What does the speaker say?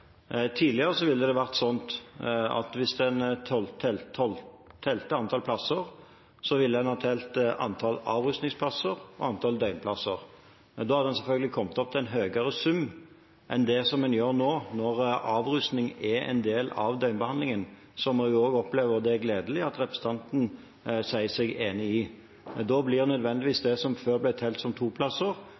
at hvis en talte antall plasser, ville en ha talt antallet avrusningsplasser og antallet døgnplasser. Da hadde en selvfølgelig kommet opp i en høyere sum enn det en gjør nå når avrusning er en del av døgnbehandlingen, som jeg opplever – og det er gledelig – at representanten sier seg enig i. Da blir nødvendigvis det som før ble talt som to plasser,